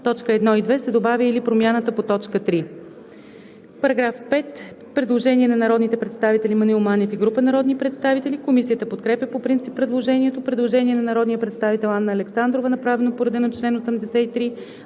1, т. 1 и 2“ се добавя „или промяната по т. 3“.“ По § 5 има предложение на народните представители Маноил Манев и група народни представители. Комисията подкрепя по принцип предложението. Предложение на народния представител Анна Александрова, направено по реда на чл. 83, ал.